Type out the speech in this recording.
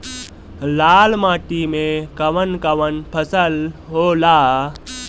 लाल माटी मे कवन कवन फसल होला?